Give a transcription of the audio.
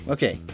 Okay